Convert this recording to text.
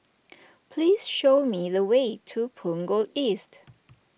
please show me the way to Punggol East